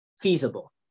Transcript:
feasible